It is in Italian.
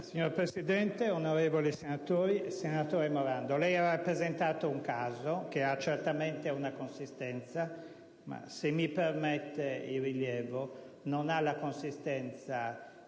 Signor Presidente, onorevoli senatori, senatore Morando, lei ha rappresentato un caso che ha certamente una consistenza, ma - se mi permette il rilievo - non ha la consistenza